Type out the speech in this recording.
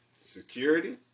security